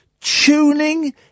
tuning